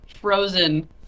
frozen